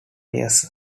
years